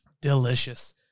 Delicious